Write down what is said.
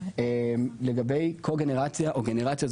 לגבי קו-גנרציה או גנרציה,